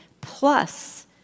plus